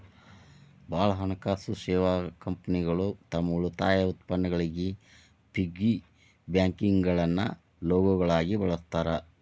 ಭಾಳ್ ಹಣಕಾಸು ಸೇವಾ ಕಂಪನಿಗಳು ತಮ್ ಉಳಿತಾಯ ಉತ್ಪನ್ನಗಳಿಗಿ ಪಿಗ್ಗಿ ಬ್ಯಾಂಕ್ಗಳನ್ನ ಲೋಗೋಗಳಾಗಿ ಬಳಸ್ತಾರ